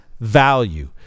value